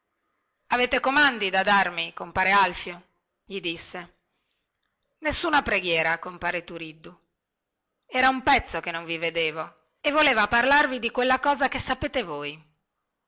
avete comandi da darmi compare alfio gli disse nessuna preghiera compare turiddu era un pezzo che non vi vedevo e voleva parlarvi di quella cosa che sapete voi